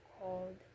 called